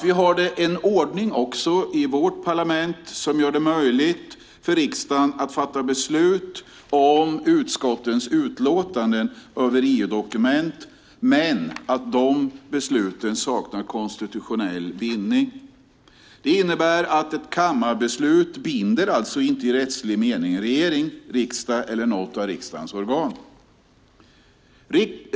Vi har också en ordning i vårt parlament som gör det möjligt för riksdagen att fatta beslut om utskottens utlåtanden över EU-dokument, men de besluten saknar konstitutionell bindning. Det innebär att ett kammarbeslut alltså inte i rättslig mening binder regering, riksdag eller något av riksdagens organ.